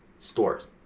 Stores